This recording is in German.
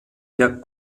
der